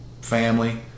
family